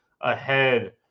ahead